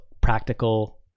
practical